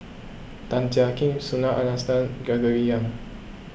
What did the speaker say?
Tan Jiak Kim Subhas Anandan Gregory Yong